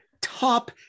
top